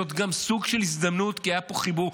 זאת גם סוג של הזדמנות, כי היה פה חיבור.